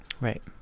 Right